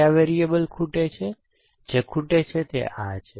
કયા વેરીએબલ ખૂટે છે જે ખૂટે છે તે આ છે